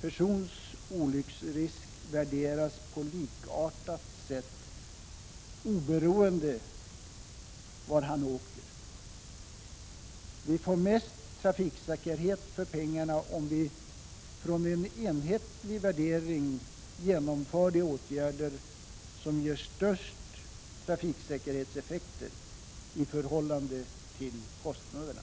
persons olycksrisk värderas på likartat sätt oberoende av var han åker. Vi får mest trafiksäkerhet för pengarna om vi från en enhetlig värdering genomför de åtgärder som ger störst trafiksäkerhetseffekter i förhållande till kostnaderna.